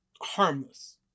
harmless